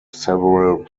several